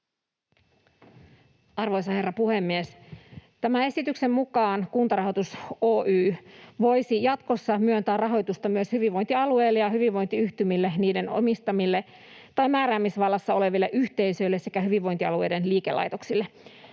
Arvoisa herra puhemies! Tämän esityksen mukaan Kuntarahoitus Oyj voisi jatkossa myöntää rahoitusta myös hyvinvointialueille ja hyvinvointiyhtymille, niiden omistamille tai määräämisvallassa oleville yhteisöille sekä hyvinvointialueiden liikelaitoksille.